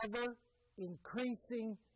ever-increasing